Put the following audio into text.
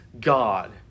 God